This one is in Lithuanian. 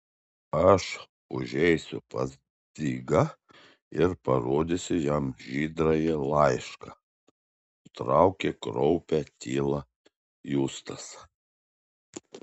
aš užeisiu pas dzigą ir parodysiu jam žydrąjį laišką nutraukė kraupią tylą justas